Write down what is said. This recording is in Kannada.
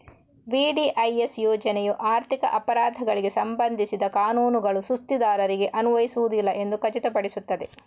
ವಿ.ಡಿ.ಐ.ಎಸ್ ಯೋಜನೆಯು ಆರ್ಥಿಕ ಅಪರಾಧಗಳಿಗೆ ಸಂಬಂಧಿಸಿದ ಕಾನೂನುಗಳು ಸುಸ್ತಿದಾರರಿಗೆ ಅನ್ವಯಿಸುವುದಿಲ್ಲ ಎಂದು ಖಚಿತಪಡಿಸುತ್ತದೆ